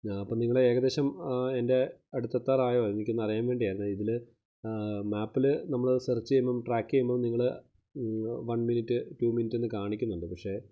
ഞാ അപ്പം നിങ്ങൾ ഏകദേശം എന്റെ അടുത്തെത്താറായോ എനിക്ക് ഒന്ന് അറിയാന് വേണ്ടിയാരുന്നു ഇതില് മാപ്പില് നമ്മള് സെര്ച് ചെയ്യുമ്പോൾ ട്രാക്ക് ചെയ്യുമ്പോൾ നിങ്ങള് വണ് മിനിറ്റ് റ്റു മിനിറ്റ് എന്ന് കാണിക്കുന്നുണ്ട് പക്ഷെ